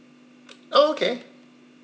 oh okay